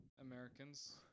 Americans